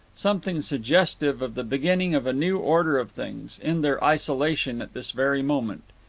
something suggestive of the beginning of a new order of things, in their isolation at this very moment.